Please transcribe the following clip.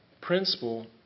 principle